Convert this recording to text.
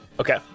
Okay